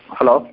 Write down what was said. Hello